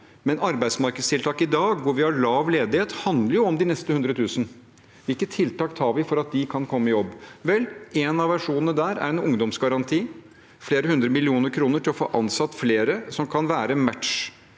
nå. Arbeidsmarkedstiltak i dag, hvor vi har lav ledighet, handler om de neste 100 000, og hvilke tiltak vi har for at de kan komme i jobb. En av versjonene der er en ungdomsgaranti, flere hundre millioner kroner til å få ansatt flere som kan matche